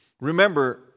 Remember